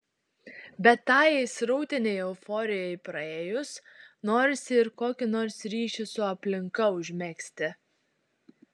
bet tajai srautinei euforijai praėjus norisi ir kokį nors ryšį su aplinka užmegzti